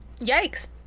Yikes